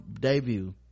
debut